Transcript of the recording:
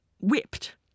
whipped